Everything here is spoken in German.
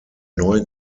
neu